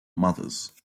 mothers